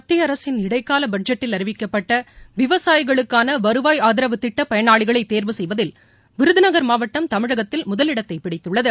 மத்திய அரசின் இடைக்கால பட்ஜெட்டில் அறிவிக்கப்பட்ட விவசாயிகளுக்கான வருவாய் ஆதரவு திட்ட பயனாளிகளை தேர்வு செய்வதில் விருதுநகர் மாவட்டம் தமிழகத்தில் முதலிடத்தை பிடித்துள்ளது